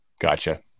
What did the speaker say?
Gotcha